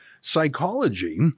psychology